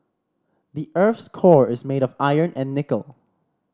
the earth's core is made of iron and nickel